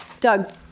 Doug